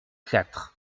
quatre